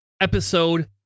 episode